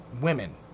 women